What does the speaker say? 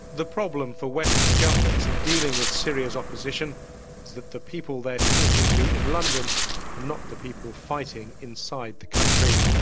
the problem for western governments in dealing with syria's opposition is that the people they are talking to in london are not the people fighting inside the country.